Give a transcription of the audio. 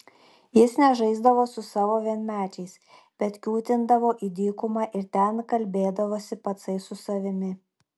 jis nežaisdavo su savo vienmečiais bet kiūtindavo į dykumą ir ten kalbėdavosi patsai su savimi